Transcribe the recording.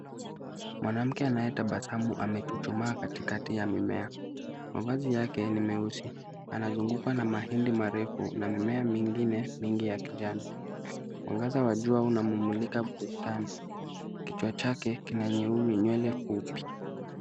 Mwanamke anayetabasamu amechuchumaa katikati ya mimea. Mavazi yake ni meusi. Anazungukwa na mahindi marefu na mimea mingine mingi ya kijani. Mwanagaza wa jua unamumulika burutani. Kichwa chake kina nywele fupi.